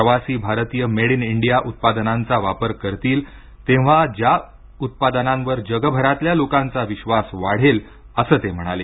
प्रवासी भारतीय made in India उत्पादनांचा वापर करतील तेव्हा त्या उत्पादनांवर जगभरातल्या लोकांचा विश्वास वाढेल असं ते म्हणाले